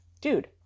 Dude